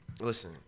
Listen